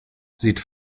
sieht